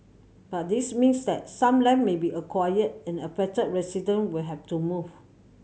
but this means that some land may be acquired and affected resident will have to move